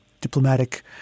diplomatic